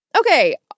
Okay